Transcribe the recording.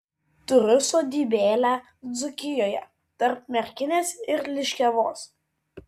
turiu sodybėlę dzūkijoje tarp merkinės ir liškiavos